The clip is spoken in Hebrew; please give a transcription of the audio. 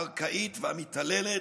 הארכאית והמתעללת,